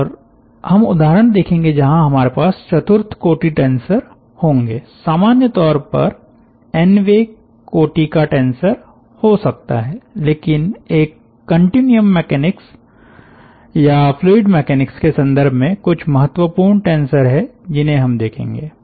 और हम उदाहरण देखेंगे जहां हमारे पास चतुर्थ कोटि टेंसर होंगे सामान्य तौर पर एन वें कोटि का टेंसर हो सकता है लेकिन एक कन्टीन्युअम मैकेनिक्स या फ्लूइड मैकेनिक्स के संदर्भ में कुछ महत्वपूर्ण टेंसर हैं जिन्हे हम देखेंगे